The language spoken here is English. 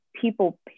people